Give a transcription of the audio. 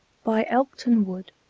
by elkton wood,